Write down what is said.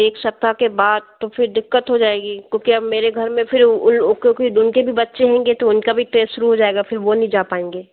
एक सप्ताह के बाद तो फिर दिक्कत हो जाएगी क्योंकि अब मेरे घर में फिर उनके भी बच्चे होंगे तो उनका भी टेस्ट शुरू हो जाएगा फिर वो नहीं जा पाएंगे